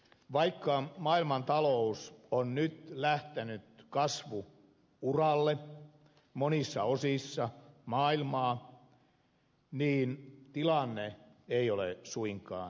vaikka maailmantalous on nyt lähtenyt kasvu uralle monissa osissa maailmaa tilanne ei ole suinkaan ohi